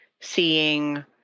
seeing